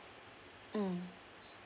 mm